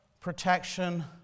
protection